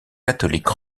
catholique